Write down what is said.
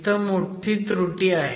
इथं मोठी त्रुटी आहे